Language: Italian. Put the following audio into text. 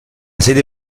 sede